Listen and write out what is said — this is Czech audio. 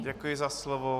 Děkuji za slovo.